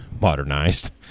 modernized